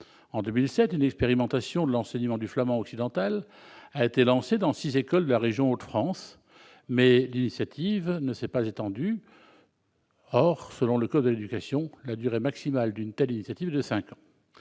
En 2007, une expérimentation de l'enseignement du flamand occidental a été lancée dans six écoles de la région Hauts-de-France, mais l'initiative ne s'est pas étendue. Or, selon le code de l'éducation, la durée maximale d'une telle initiative est de cinq ans.